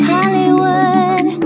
Hollywood